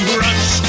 rush